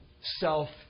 self